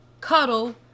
Cuddle